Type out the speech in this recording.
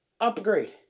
Upgrade